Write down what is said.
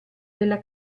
della